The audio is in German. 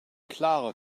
klare